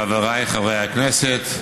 חבריי חברי הכנסת,